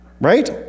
right